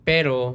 Pero